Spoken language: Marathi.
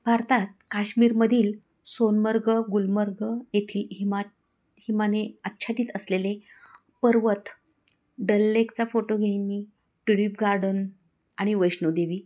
भारतात काश्मीरमधील सोनमर्ग गुलमर्ग येथील हिमा हिमाने आच्छादित असलेले पर्वत दल लेकचा फोटो घेणे ट्युलिप गार्डन आणि वैष्णोदेवी